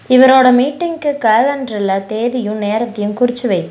இவரோடய மீட்டிங்க்கு கேலண்ட்ரில் தேதியும் நேரத்தையும் குறித்து வை